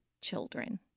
children